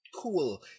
Cool